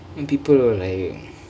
then people will like